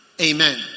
Amen